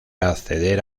acceder